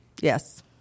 Yes